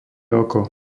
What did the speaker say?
oko